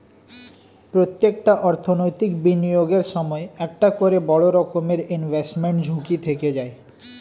প্রত্যেকটা অর্থনৈতিক বিনিয়োগের সময় একটা করে বড় রকমের ইনভেস্টমেন্ট ঝুঁকি থেকে যায়